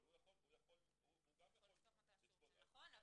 אבל הוא יכול --- לפתוח מתי שהוא רוצה.